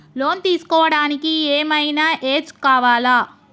Loan తీస్కోవడానికి ఏం ఐనా ఏజ్ కావాలా?